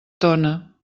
tona